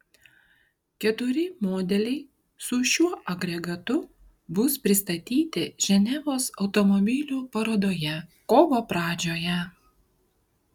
keturi modeliai su šiuo agregatu bus pristatyti ženevos automobilių parodoje kovo pradžioje